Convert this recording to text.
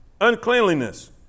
uncleanliness